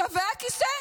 שווה הכיסא?